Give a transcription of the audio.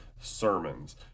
sermons